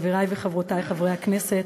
חברי וחברותי חברי הכנסת,